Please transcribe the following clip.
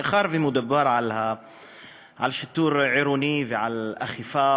מאחר שמדובר על שיטור עירוני ועל אכיפה